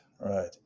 right